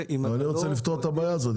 --- אבל אני רוצה לפתור את הבעיה הזאת.